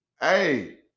Hey